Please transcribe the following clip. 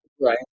Right